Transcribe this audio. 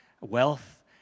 wealth